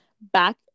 back